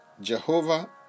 Jehovah